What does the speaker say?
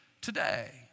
today